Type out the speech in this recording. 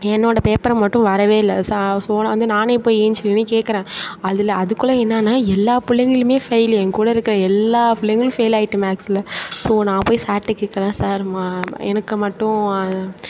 என்னோட பேப்பரை மட்டும் வரவே இல்லை ஸோ ஸோ நான் வந்து நானே போய் எழுஞ்சி நின்று கேட்குறேன் அதில் அதுக்குள்ளே என்னெனா எல்லா பிள்ளைங்களுமே ஃபெய்லு என் கூட இருக்க எல்லா பிள்ளைங்களும் ஃபெயிலாகிட்டுங்க மேக்ஸ்சில் ஸோ நான் போய் சார்கிட்ட கேட்குறேன் சார் மா எனக்கு மட்டும்